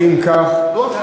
אם כך, נו באמת.